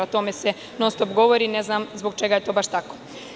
O tome se non-stop govori, ne znam zbog čega je to baš tako.